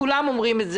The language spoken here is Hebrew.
כולם אומרים את זה,